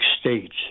states